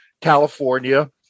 California